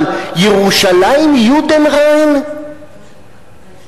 אבל ירושלים "יודנריין"?